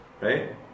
right